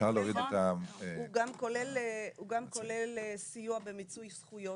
הוא גם כולל סיוע במיצוי זכויות,